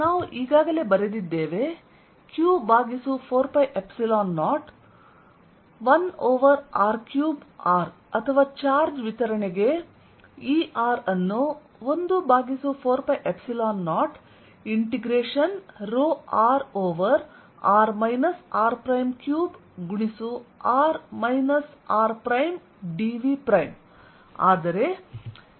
ನಾವು ಈಗಾಗಲೇ ಬರೆದಿದ್ದೇವೆ q4π0 1 ಓವರ್ r3 r ಅಥವಾ ಚಾರ್ಜ್ ವಿತರಣೆಗೆ E ಅನ್ನು 14π0 ಇಂಟಿಗ್ರೇಷನ್ ρ ಓವರ್r r3ಗುಣಿಸು r r dV